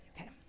Okay